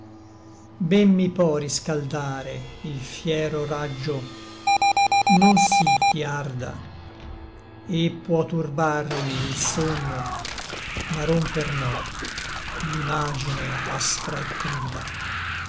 ben mi pò riscaldare il fiero raggio non sí ch'i arda et può turbarmi il sonno ma romper no l'imagine aspra et cruda